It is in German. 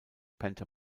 panther